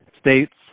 states